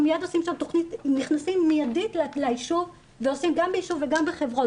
אנחנו נכנסים מיידית לישוב ועושים גם בישוב וגם בחברות,